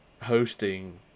hosting